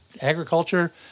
agriculture